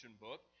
book